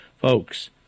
Folks